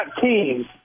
teams